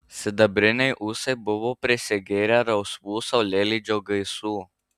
sidabriniai ūsai buvo prisigėrę rausvų saulėlydžio gaisų